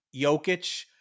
Jokic